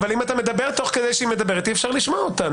אם אתה מדבר תוך כדי שהיא מדברת אי אפשר לשמוע אותה.